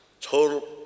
Total